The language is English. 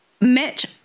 Mitch